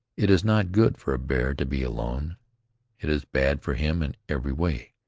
it is not good for a bear to be alone it is bad for him in every way.